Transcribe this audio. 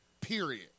period